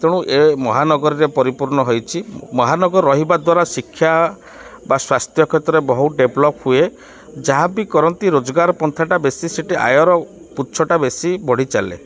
ତେଣୁ ଏ ମହାନଗରରେ ପରିପୂର୍ଣ୍ଣ ହୋଇଛି ମହାନଗର ରହିବା ଦ୍ୱାରା ଶିକ୍ଷା ବା ସ୍ୱାସ୍ଥ୍ୟ କ୍ଷେତ୍ରରେ ବହୁତ ଡେଭଲପ୍ ହୁଏ ଯାହା ବି କରନ୍ତି ରୋଜଗାର ପନ୍ଥାଟା ବେଶୀ ସେଇଠି ଆୟର ପୁଚ୍ଛଟା ବେଶୀ ବଢ଼ି ଚାଲେ